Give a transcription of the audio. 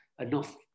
enough